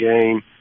game